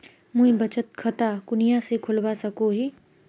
मुई बचत खता कुनियाँ से खोलवा सको ही?